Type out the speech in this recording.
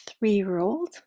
three-year-old